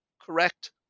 correct